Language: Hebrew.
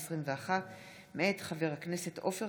אי-הקמת ממשלה), מאת חבר הכנסת אביר